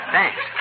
Thanks